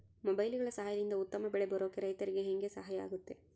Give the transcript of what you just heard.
ಮೊಬೈಲುಗಳ ಸಹಾಯದಿಂದ ಉತ್ತಮ ಬೆಳೆ ಬರೋಕೆ ರೈತರಿಗೆ ಹೆಂಗೆ ಸಹಾಯ ಆಗುತ್ತೆ?